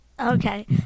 Okay